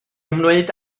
ymwneud